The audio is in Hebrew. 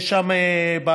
יש שם בעיה.